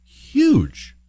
huge